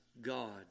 God